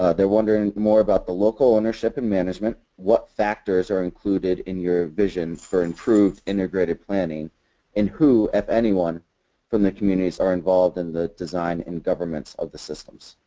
they are wondering more about the local ownership and management. what factors are included in your vision for improved integrated planning and who, if anyone from the communities are involved in the design and governance of the systems?